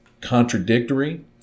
contradictory